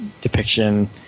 depiction